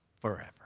forever